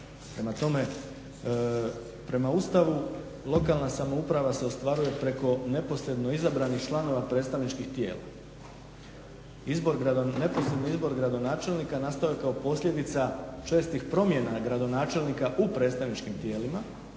prema Ustavu lokalna samouprava se ostvaruje preko neposredno izabranih članova predstavničkih tijela. Neposredni izbor gradonačelnika nastao je kao posljedica čestih promjena gradonačelnika u predstavničkim tijelima.